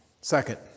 Second